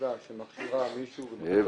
ישיבה שמכשירה מישהו על